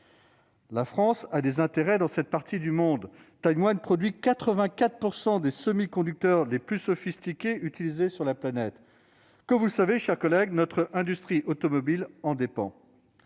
La France a des intérêts dans cette partie du monde. Taïwan produit 84 % des semi-conducteurs les plus sophistiqués utilisés sur la planète. Comme vous le savez, mes chers collègues, notre industrie automobile en dépend.